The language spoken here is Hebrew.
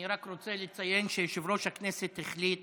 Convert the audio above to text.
אני רק רוצה לציין שיושב-ראש הכנסת החליט